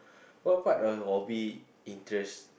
what what are hobby interests